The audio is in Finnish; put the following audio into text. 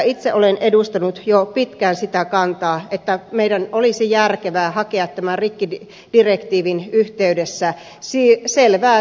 itse olen edustanut jo pitkään sitä kantaa että meidän olisi järkevää hakea tämän rikkidirektiivin yhteydessä selvää siirtymäaikaa